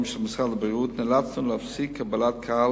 של משרד הבריאות נאלצנו להפסיק קבלת קהל